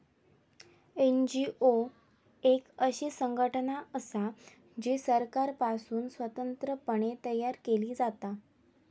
NGO एक अशी संघटना असा जी सरकारपासुन स्वतंत्र पणे तयार केली जाता